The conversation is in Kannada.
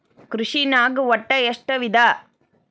ಕೃಷಿನಾಗ್ ಒಟ್ಟ ಎಷ್ಟ ವಿಧ?